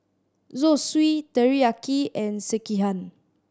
Zosui Teriyaki and Sekihan